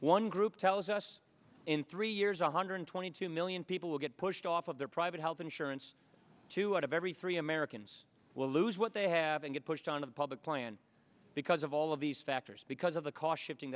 one group tells us in three years one hundred twenty two million people will get pushed off of their private health insurance two out of every three americans will lose what they have and get pushed on the public plan because of all of these factors because of the cost